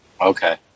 Okay